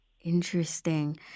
interesting